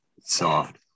Soft